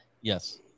Yes